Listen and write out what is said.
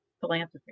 philanthropy